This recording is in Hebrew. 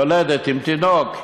יולדת עם תינוק,